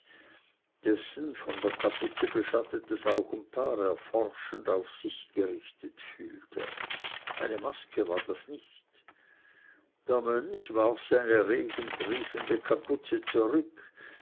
dessen von der kapuze beschattetes augenpaar er forschend auf sich gerichtet fühlte eine maske war das nicht der mönch warf seine regentriefende kapuze zurück